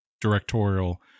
directorial